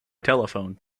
telephone